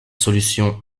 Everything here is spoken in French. solution